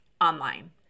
online